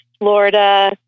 Florida